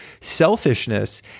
selfishness